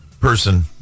person